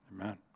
Amen